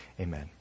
Amen